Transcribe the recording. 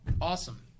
Awesome